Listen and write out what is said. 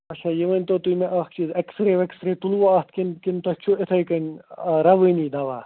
اَچھا یہِ ؤنۍ تَو تُہۍ مےٚ اَکھ چیٖز ایکٕسرے ویکٕسرے تُلوٕ اَتھ کِنہٕ کِنہٕ تۄہہِ چھُو یِتھٕے کٔنۍ رَوٲنی دوا